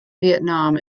vietnam